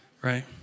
right